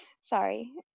sorry